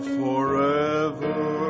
forever